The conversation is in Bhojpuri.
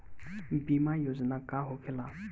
बीमा योजना का होखे ला?